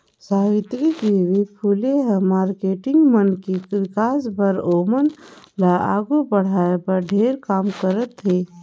सावित्री देवी फूले ह मारकेटिंग मन के विकास बर, ओमन ल आघू बढ़ाये बर ढेरे काम करे हे